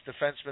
defenseman